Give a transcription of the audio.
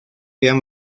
gran